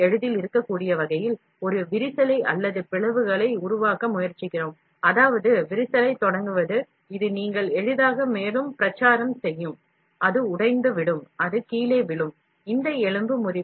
பிளவு எளிதில் இருக்கக்கூடிய வகையில் ஒரு விரிசலை அல்லது பிளவுகளை உருவாக்க முயற்சிக்கிறோம் அதாவது விரிசலைத் தொடங்குவது இது நீங்கள் எளிதாக மேலும் பரவச்செய்யும் அது உடைந்து விடும் அது கீழே விழும்